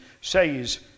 says